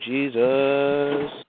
Jesus